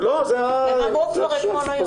הם אמרו כבר אתמול, היום.